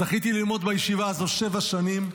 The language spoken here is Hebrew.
זכיתי ללמוד בישיבה הזו שבע שנים.